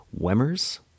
Wemmers